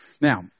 Now